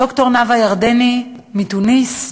ד"ר נאוה ירדני מתוניס,